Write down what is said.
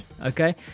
okay